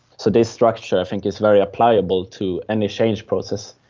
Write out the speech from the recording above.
so this structure i think is very applicable to any change process.